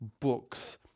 books